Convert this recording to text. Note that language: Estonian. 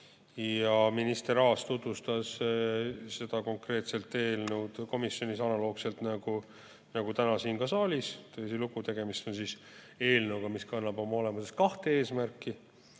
Minister Aas tutvustas seda konkreetset eelnõu komisjonis analoogselt nagu ka täna siin saalis. Tõsilugu, tegemist on eelnõuga, mis kannab oma olemuselt kahte eesmärki.